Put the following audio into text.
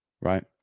right